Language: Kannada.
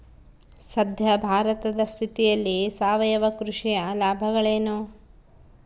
ಸದ್ಯ ಭಾರತದ ಸ್ಥಿತಿಯಲ್ಲಿ ಸಾವಯವ ಕೃಷಿಯ ಲಾಭಗಳೇನು?